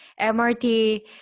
MRT